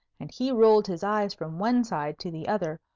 and he rolled his eyes from one side to the other,